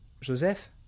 Joseph